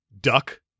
duck